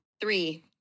Three